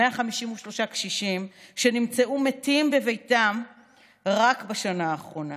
153 קשישים שנמצאו מתים בביתם רק בשנה האחרונה.